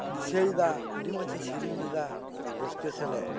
ᱫᱤᱥᱟᱹᱭᱫᱟ ᱟᱰᱤ ᱢᱚᱸᱡᱽ ᱤᱧ ᱥᱮᱨᱴᱮᱧ ᱞᱮᱫᱟ ᱨᱟᱹᱥᱠᱟᱹ ᱥᱮᱞᱮᱜ